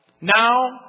Now